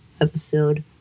episode